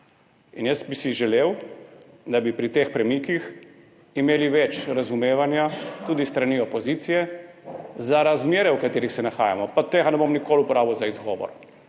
In jaz bi si želel, da bi pri teh premikih imeli več razumevanja, tudi s strani opozicije, za razmere, v katerih se nahajamo, pa tega ne bom nikoli uporabil za izgovor.